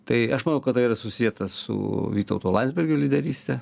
tai aš manau kad tai yra susieta su vytauto landsbergio lyderyste